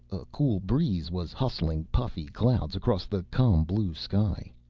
a cool breeze was hustling puffy clouds across the calm blue sky.